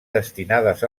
destinades